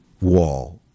wall